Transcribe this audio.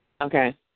Okay